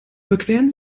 überqueren